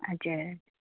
हजुर